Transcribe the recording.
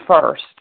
first